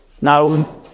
Now